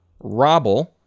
Robble